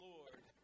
Lord